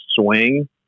swing